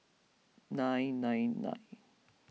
nine nine nine